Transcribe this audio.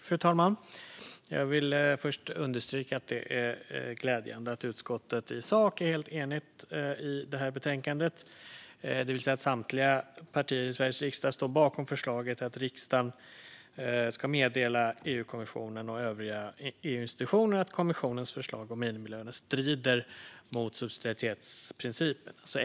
Fru talman! Jag vill först understryka att det är glädjande att utskottet i sak är helt enigt i betänkandet, det vill säga att samtliga partier i Sveriges riksdag står bakom förslaget att riksdagen ska meddela EU-kommissionen och övriga EU-institutioner att kommissionens förslag om minimilöner strider mot subsidiaritetsprincipen.